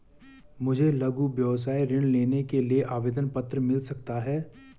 मुझे लघु व्यवसाय ऋण लेने के लिए आवेदन पत्र मिल सकता है?